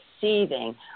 seething